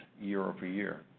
year-over-year